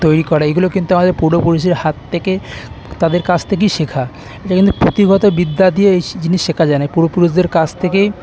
তৈরি করা এইগুলো কিন্তু আমাদের পূর্বপুরুষের হাত থেকে তাদের কাছ থেকেই শেখা এটা কিন্তু পুঁথিগত বিদ্যা দিয়েই শি জিনিস শেখা যায় না ওই পূর্বপুরুষদের কাছ থেকেই